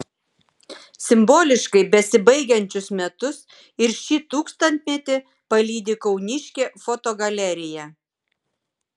simboliškai besibaigiančius metus ir šį tūkstantmetį palydi kauniškė fotogalerija